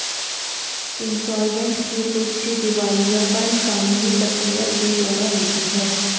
insolvent की पुष्टि दिवालियापन कानूनी प्रक्रिया के द्वारा होती है